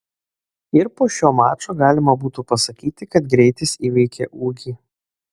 ir po šio mačo galima būtų pasakyti kad greitis įveikė ūgį